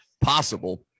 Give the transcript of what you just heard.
possible